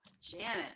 Janet